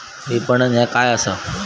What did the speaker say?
विपणन ह्या काय असा?